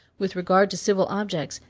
with regard to civil objects,